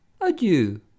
Adieu